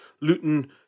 Luton